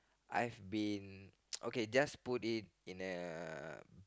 I've been okay just put it in a